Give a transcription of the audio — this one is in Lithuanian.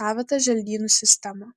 savitą želdynų sistemą